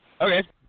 Okay